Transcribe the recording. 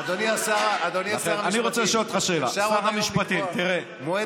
אדוני שר המשפטים, אפשר עוד היום.